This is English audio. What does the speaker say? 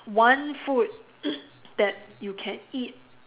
one food that you can eat